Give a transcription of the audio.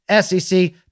SEC